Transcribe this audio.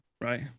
Right